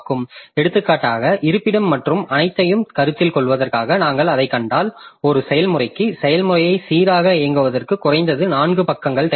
எடுத்துக்காட்டாக இருப்பிடம் மற்றும் அனைத்தையும் கருத்தில் கொள்வதற்காக நாங்கள் அதைக் கண்டால் ஒரு செயல்முறைக்கு செயல்முறையை சீராக இயங்குவதற்கு குறைந்தது 4 பக்கங்கள் தேவைப்படலாம்